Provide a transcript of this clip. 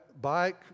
bike